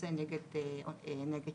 לחסן נגד שפעת